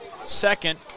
second